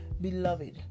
Beloved